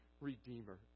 redeemer